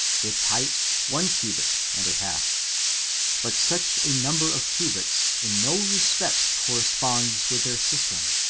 its height one cubit and a half but such a number of cubits in no respect cor responds with their system,